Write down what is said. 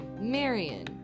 Marion